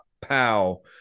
POW